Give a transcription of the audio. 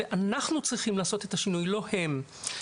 ואנחנו צריכים לעשות את השינוי לא הם.